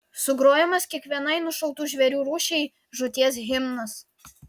sugrojamas kiekvienai nušautų žvėrių rūšiai žūties himnas